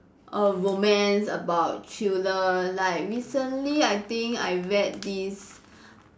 err romance about thriller like recently I think I read this